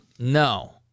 No